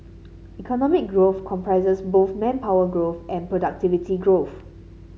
economic growth comprises both manpower growth and productivity growth